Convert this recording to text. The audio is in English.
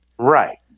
Right